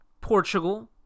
Portugal